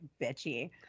bitchy